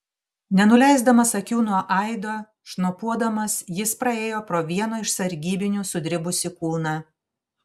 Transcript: nenuleisdamas akių nuo aido šnopuodamas jis praėjo pro vieno iš sargybinių sudribusį kūną